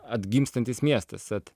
atgimstantis miestas tad